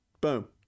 boom